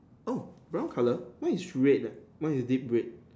oh brown color mine is red leh mine is deep red